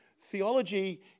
theology